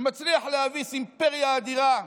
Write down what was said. ומצליח להביס אימפריה אדירה,